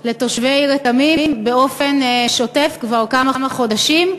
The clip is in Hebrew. לתושבי רתמים באופן שוטף כבר כמה חודשים.